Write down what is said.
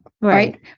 right